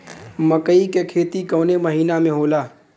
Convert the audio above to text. मकई क खेती कवने महीना में होला?